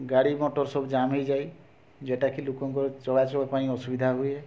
ଗାଡ଼ି ମଟର ସବୁ ଜାମ୍ ହୋଇଯାଏ ଯୋଉଟାକି ଲୋକଙ୍କର ଚଳାଚଳ ପାଇଁ ଅସୁବିଧା ହୁଏ